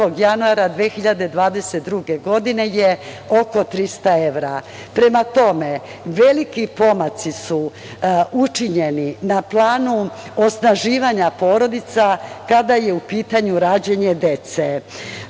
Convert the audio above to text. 1. januara 2022. godine je oko 300 evra. Prema tome, veliki pomaci su učinjeni na planu osnaživanja porodica kada je u pitanju rađanje